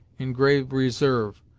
in grave reserve,